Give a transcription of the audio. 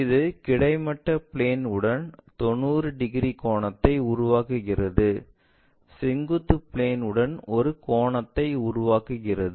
இது கிடைமட்ட பிளேன் உடன் 90 டிகிரி கோணத்தை உருவாக்குகிறது செங்குத்து பிளேன் உடன் ஒரு கோணத்தை உருவாக்குகிறது